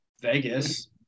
Vegas